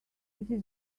this